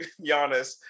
Giannis